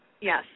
Yes